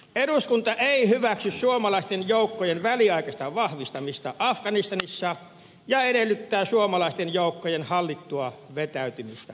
eduskunta ei hyväksy suomalaisten joukkojen väliaikaista vahvistamista afganistanissa ja edellyttää suomalaisten joukkojen hallittua vetäytymistä afganistanista